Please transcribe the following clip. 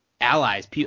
allies